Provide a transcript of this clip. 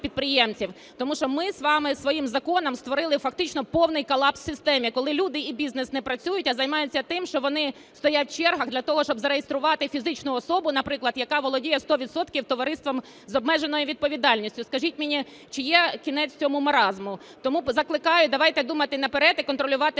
Тому що ми з вами своїм законом створили фактично повний колапс в системі, коли люди і бізнес не працюють, а займаються тим, що вони стоять в чергах для того, щоб зареєструвати фізичну особу, наприклад, яка володіє 100 відсотків товариством з обмеженою відповідальністю. Скажіть мені чи є кінець цьому маразму? Тому закликаю і давайте думати наперед, і контролювати